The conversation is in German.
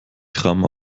tram